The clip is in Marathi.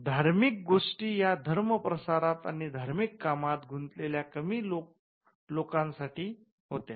धार्मिक गोष्टी या धर्म प्रसारात आणि धार्मिक कामात गुंतलेल्या कमी लोकं साठी होत्या